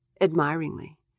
admiringly